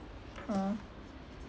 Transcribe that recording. orh